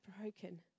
broken